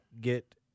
get